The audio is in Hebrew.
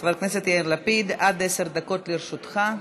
חבר הכנסת יאיר לפיד, עד עשר דקות לרשותך.